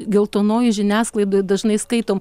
geltonojoj žiniasklaidoj dažnai skaitome